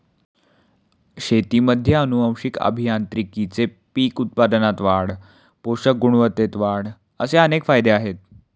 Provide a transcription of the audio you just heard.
शेतीमध्ये आनुवंशिक अभियांत्रिकीचे पीक उत्पादनात वाढ, पोषक गुणवत्तेत वाढ असे अनेक फायदे आहेत